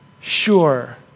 sure